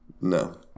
No